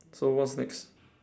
so what's next